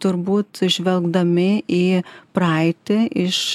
turbūt žvelgdami į praeitį iš